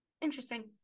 interesting